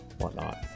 whatnot